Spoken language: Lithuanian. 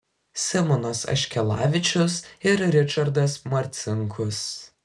simonas aškelavičius ir ričardas marcinkus